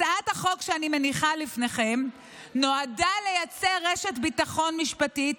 הצעת החוק שאני מניחה לפניכם נועדה לייצר רשת ביטחון משפטית